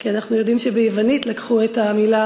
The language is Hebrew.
כי אנחנו יודעים שביוונית לקחו את המילה